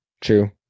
True